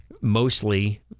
mostly